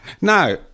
Now